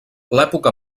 l’època